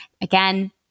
again